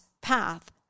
path